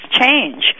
change